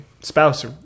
spouse